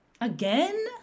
again